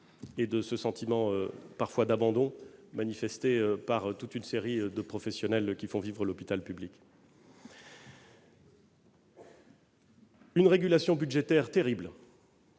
et de ce sentiment d'abandon parfois exprimé par toute une série de professionnels qui font vivre l'hôpital public : une régulation budgétaire terrible